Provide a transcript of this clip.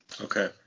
Okay